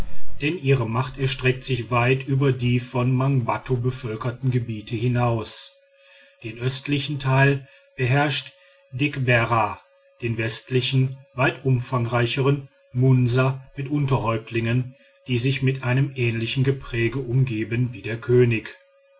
denn ihre macht erstreckt sich weit über die von mangbattu bevölkerten gebiete hinaus den östlichen teil beherrscht degberra den westlichen weit umfangreichern munsa mit unterhäuptlingen die sich mit einem ähnlichen gepränge umgeben wie der könig